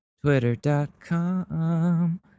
Twitter.com